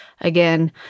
Again